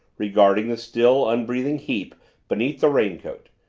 regarding the still, unbreathing heap beneath the raincoat.